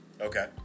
Okay